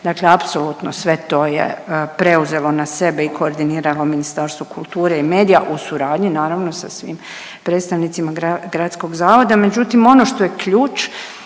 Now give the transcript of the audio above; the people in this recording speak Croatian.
Dakle, apsolutno sve to je preuzelo na sebe i koordiniralo Ministarstvo kulture i medija u suradnji naravno sa svim predstavnicima gradskog zavoda. Međutim ono što je ključ,